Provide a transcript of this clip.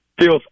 feels